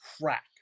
crack